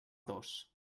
dos